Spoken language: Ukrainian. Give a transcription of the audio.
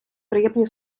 приємні